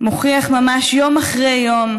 מוכיח ממש יום אחרי יום